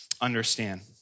understand